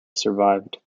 survived